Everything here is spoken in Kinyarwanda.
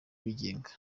bigenga